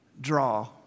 draw